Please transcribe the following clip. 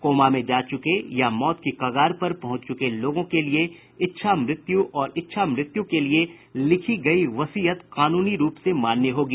coma में जा चुके या मौत की कगार पर पहुंच चुके लोगों के लिए इच्छा मृत्यु और इच्छा मृत्यु के लिए लिखी गयी वसीयत कानूनी रूप से मान्य होगी